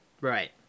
Right